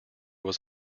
was